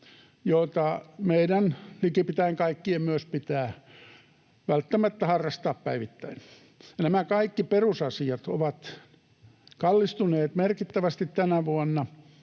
jota likipitäen meidän kaikkien myös pitää välttämättä harrastaa päivittäin. Nämä kaikki perusasiat ovat kallistuneet merkittävästi tänä vuonna.